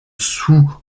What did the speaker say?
sous